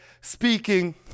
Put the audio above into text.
speaking